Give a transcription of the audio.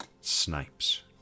snipes